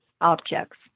objects